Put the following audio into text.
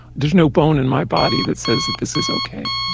there's no bone in my body that says that this is okay.